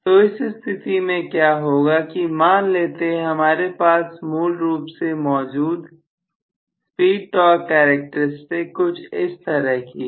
तो इस स्थिति में क्या होगा कि मान लेते हैं हमारे पास मूल रूप से मौजूद स्पीड टॉर्क कैरेक्टरिस्टिक कुछ इस तरह की है